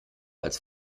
als